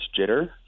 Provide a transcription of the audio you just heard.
jitter